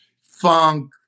funk